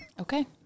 okay